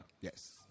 Yes